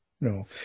no